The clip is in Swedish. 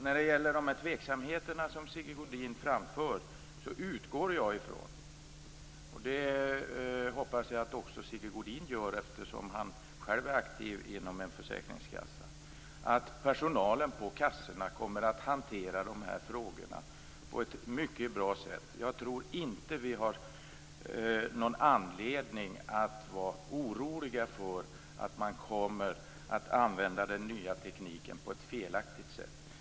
När det gäller de tveksamheter som Sigge Godin framför utgår jag från - det hoppas jag att också Sigge Godin gör som själv är aktiv inom en försäkringskassa - att personalen på kassorna kommer att hantera de här frågorna på ett mycket bra sätt. Jag tror inte att vi har någon anledning att vara oroliga för att man kommer att använda den nya tekniken på ett felaktigt sätt.